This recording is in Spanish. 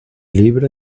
libro